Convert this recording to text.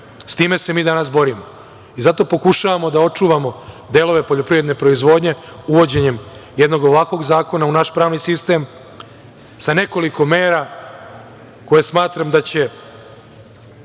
Sa time se mi danas borimo i zato pokušavamo da očuvamo delove poljoprivredne proizvodnje uvođenjem jednog ovakvog zakona u naš pravni sistem sa nekoliko mera koje smatram da će